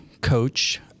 Coach